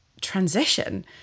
transition